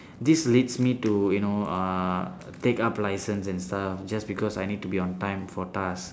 this leads me to you know uh take up license and stuff just because I need to be on time for task